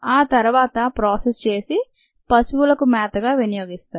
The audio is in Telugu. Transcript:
ఆ తర్వాత ప్రాసెస్ చేసి పశువులకు మేతగా వినియోగిస్తారు